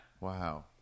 wow